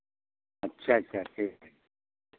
अच्छा अच्छा ठीक ठीक